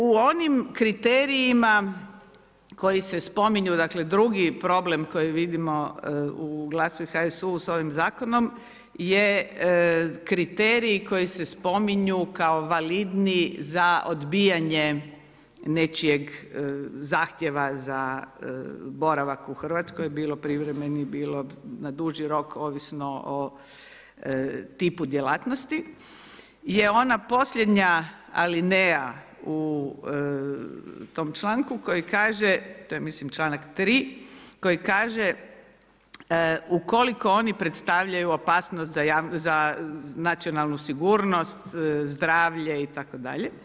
U onim kriterijima koji se spominju dakle, drugi problem koji vidimo u GLAS-u i HSU-u sa ovim Zakonom je kriteriji koji se spominju kao validni za odbijanje nečijeg zahtjeva za boravak u RH, bilo privremeni bilo na duži rok, ovisno o tipu djelatnosti je ona posljednja alineja u tom članku koji kaže, to je mislim čl. 3., koji kaže, ukoliko oni predstavljaju opasnost za nacionalnu sigurnost, zdravlje itd.